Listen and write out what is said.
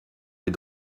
est